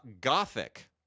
Gothic